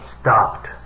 stopped